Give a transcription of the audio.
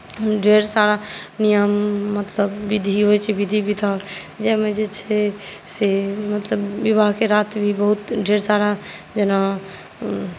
ढ़ेर सारा नियम मतलब विधि होइ छै विधि विधान जाहिमे जे छै से मतलब विवाहके रातिमे भी बहुत ढ़ेर सारा जेना